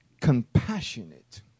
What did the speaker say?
compassionate